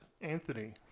Anthony